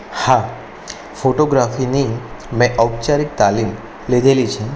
હા ફોટોગ્રાફીની મેં ઔપચારિક તાલીમ લીધેલી છે